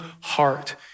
heart